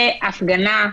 זה הפגנה,